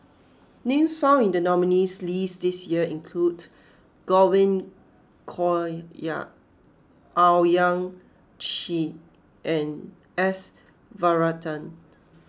names found in the nominees' list this year include Godwin Koay Owyang Chi and S Varathan